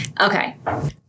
Okay